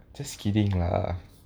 just kidding lah